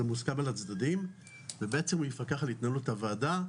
זה מוסכם על הצדדים ובעצם הוא יפקח על התנהלות הוועדה.